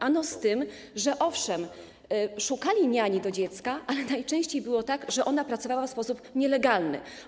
Ano z tym, że szukali niani do dziecka, ale najczęściej było tak, że ona pracowała w sposób nielegalny.